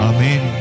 Amen